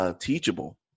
teachable